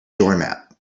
doormat